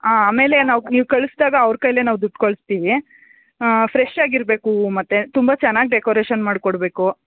ಹಾಂ ಆಮೇಲೆ ನಾವು ನೀವು ಕಳ್ಸಿದಾಗ ಅವ್ರ ಕೈಲೇ ನಾವು ದುಡ್ಡು ಕಳಿಸ್ತೀವಿ ಫ್ರೆಶ್ ಆಗಿ ಇರಬೇಕು ಹೂವು ಮತ್ತು ತುಂಬ ಚೆನ್ನಾಗಿ ಡೆಕೋರೇಶನ್ ಮಾಡಿಕೊಡ್ಬೇಕು